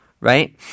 right